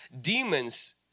demons